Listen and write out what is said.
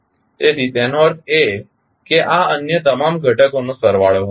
તેથી તેનો અર્થ એ કે આ અન્ય તમામ ઘટકોનો સરવાળો હશે